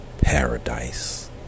paradise